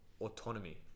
autonomy